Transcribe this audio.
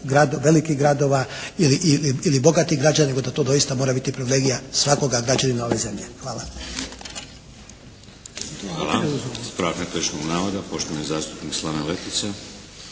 velikih gradova ili bogatih građana nego da to doista mora biti privilegija svakoga građanina ove zemlje. Hvala. **Šeks, Vladimir (HDZ)** Hvala. Ispravak netočnog navoda poštovani zastupnik Slaven Letica.